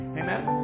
amen